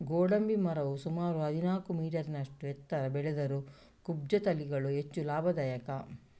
ಗೋಡಂಬಿ ಮರವು ಸುಮಾರು ಹದಿನಾಲ್ಕು ಮೀಟರಿನಷ್ಟು ಎತ್ತರ ಬೆಳೆದರೂ ಕುಬ್ಜ ತಳಿಗಳು ಹೆಚ್ಚು ಲಾಭದಾಯಕ